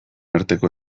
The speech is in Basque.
arteko